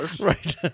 Right